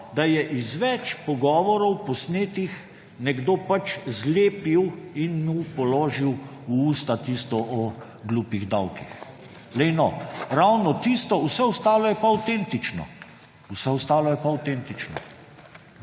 da je iz več pogovorov posnetih nekdo zlepil in mu položil v usta tisto o glupih davkih. Glej no! Ravno tisto, vse ostalo je pa avtentično. Vse ostalo je pa avtentično.